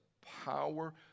power